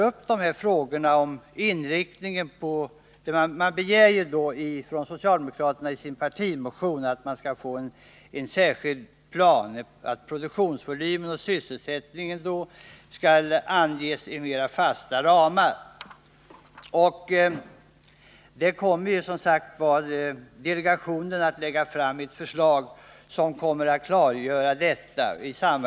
I sin partimotion begär socialdemokraterna en särskild plan och att produktionsvolym och sysselsättning skall anges i mera fasta ramar. I samarbete med SIND och AMS kommer delegationen att lägga fram ett förslag som kommer att klargöra detta.